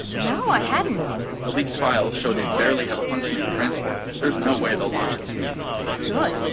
no, i hadn't the leaked files show they barely have a functioning transport. there's no way they'll launch this week good.